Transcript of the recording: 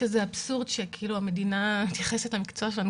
שזה אבסורד שהמדינה מתייחס למקצוע שלנו